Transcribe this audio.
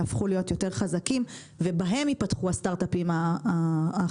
יהפכו להיות יותר חזקים ובהם ייפתחו הסטארט-אפים החדשים.